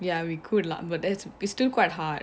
ya we could lah but that's it's still quite hard